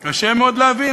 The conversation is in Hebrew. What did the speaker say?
קשה מאוד להבין.